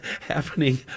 happening